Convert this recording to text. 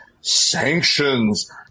sanctions